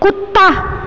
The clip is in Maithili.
कुत्ता